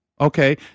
Okay